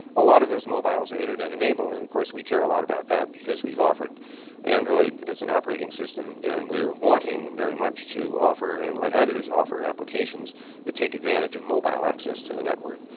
a lot of those mobiles are internet-enabled. and, of course, we care a lot about that because we've offered android as an operating system, and we are wanting very much to offer and let others offer applications that take advantage of mobile access to the network.